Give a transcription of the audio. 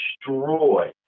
destroy